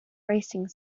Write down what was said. racing